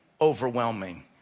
overwhelming